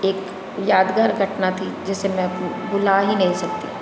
एक यादगार घटना थी जिसे मैं भुला ही नहीं सकती